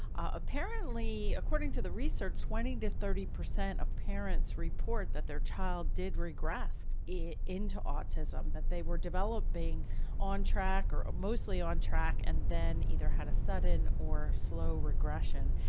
apparently according to the research, twenty to thirty percent of parents report that their child did regress into autism, that they were developing on track or mostly on track, and then either had a sudden or slow regression.